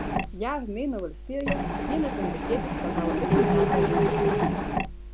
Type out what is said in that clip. jav meino valstijoje vienas amerikietis pagavo itin retą laimikį